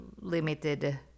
limited